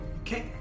Okay